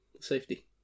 Safety